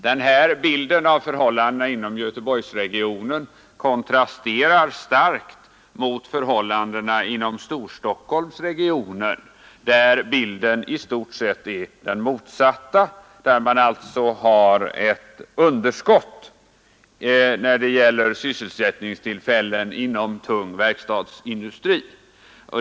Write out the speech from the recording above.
Denna bild av förhållandena inom Göteborgsregionen kontrasterar starkt mot förhållandena inom Storstockholmsregionen, där bilden i stort sett är den motsatta. Där har man ett underskott när det gäller sysselsättningstillfällen inom tung verkstadsindustri.